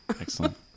Excellent